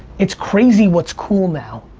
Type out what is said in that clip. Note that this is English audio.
it's crazy what's cool now.